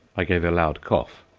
i gave a loud cough.